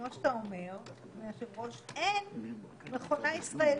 כמו שאתה אומר, היושב-ראש, אין מכונה ישראלית.